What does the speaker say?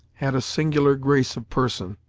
had a singular grace of person,